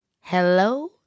Hello